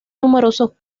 numerosos